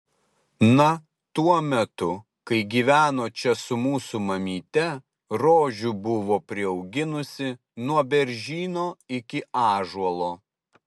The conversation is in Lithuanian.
na tuo metu kai gyveno čia su mūsų mamyte rožių buvo priauginusi nuo beržyno iki ąžuolo